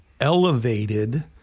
elevated